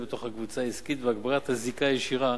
בתוך הקבוצה העסקית והגברת הזיקה הישירה